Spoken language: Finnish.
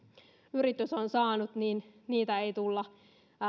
yritys on saanut ei tulla